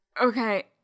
okay